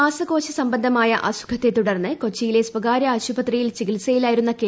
ശ്വാസകോശ സംബന്ധമായ അസുഖത്തെ തുടർന്ന് കൊച്ചിയിലെ സ്ഥകാര്യ ആശുപത്രിയിൽ ചികിത്സയിലായിരുന്ന കെ